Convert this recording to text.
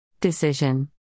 decision